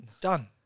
done